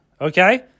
okay